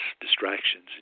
distractions